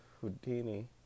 Houdini